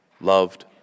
Loved